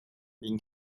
being